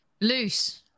Loose